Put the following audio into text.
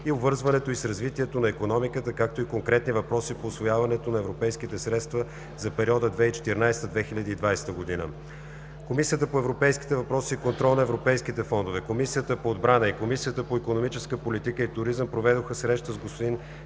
и обвързването й с развитието на икономиката, както и конкретни въпроси по усвояването на европейските средства за периода 2014 – 2020 г. Комисията по европейските въпроси и контрол на европейските фондове, Комисията по отбрана и Комисията по икономическа политика и туризъм проведоха среща с господин